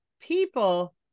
people